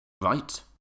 Right